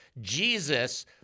Jesus